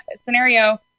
scenario